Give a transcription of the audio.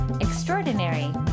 extraordinary